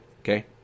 Okay